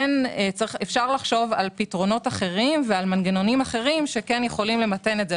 אפשר לחשוב על פתרונות אחרים ועל מנגנונים אחרים שיכולים למתן את זה.